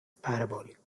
parabolic